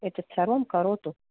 एतत् सर्वं करोतु